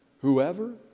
whoever